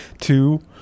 two